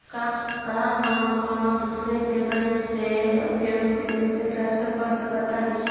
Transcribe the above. का हम कौनो दूसर बैंक से केहू के पैसा ट्रांसफर कर सकतानी?